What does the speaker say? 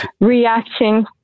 reacting